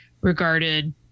regarded